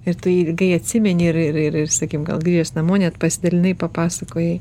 ir tu jį ilgai atsimeni ir ir ir sakykim gal grįžęs namo net pasidalinai papasakojai